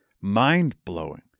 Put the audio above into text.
mind-blowing